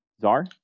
Czar